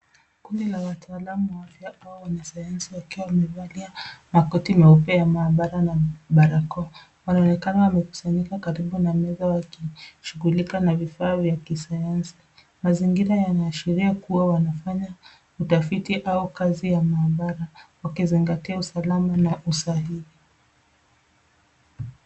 Kundi la wataalamu wa afya au wanasayansi wakiwa wamevalia makoti meupe ya maabara na barakoa. Wanaonekana wamekusanyika karibu na meza wakishughulika na vifaa vya kisayansi. Mazingira yanaashiria kua wanafanya utafiti au kazi ya maabara wakizingatia usalama na usahihi.